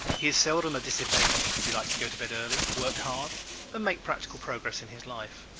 he is seldom a dissipator. he likes to go to bed early, work hard and make practical progress in his life.